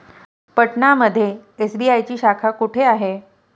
पटना मध्ये एस.बी.आय ची शाखा कुठे आहे?